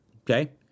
Okay